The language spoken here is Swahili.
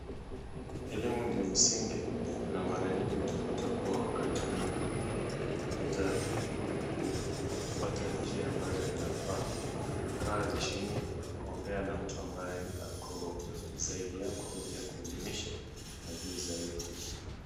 Elimu ndio msingi na mara nyingi utakuta wakati unapopata kufata njia ambayo inafaa kaa chini ongea na mtu ambaye ako zaidi yako ili akuelimishe na ujue zaidi.